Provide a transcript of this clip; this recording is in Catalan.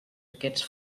aquests